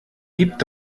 gibt